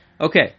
Okay